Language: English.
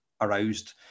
aroused